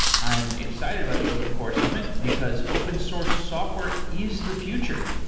i am excited about the open core summ it, because open source software is the future.